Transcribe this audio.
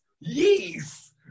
Yes